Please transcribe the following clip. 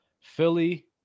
Philly